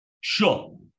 Sure